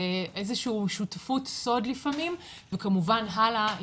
לאיזשהו שותפות סוד לפעמים וכמובן הלאה,